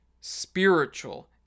spiritual